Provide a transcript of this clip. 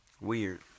Weird